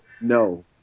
No